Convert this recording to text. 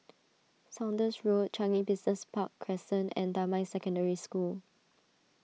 Saunders Road Changi Business Park Crescent and Damai Secondary School